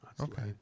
Okay